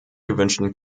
gewünschten